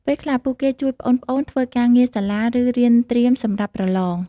ពេលខ្លះ ពួកគេជួយប្អូនៗធ្វើការងារសាលា ឬរៀនត្រៀមសម្រាប់ប្រឡង។